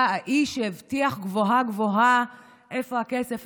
בא האיש שהבטיח גבוהה-גבוהה: איפה הכסף?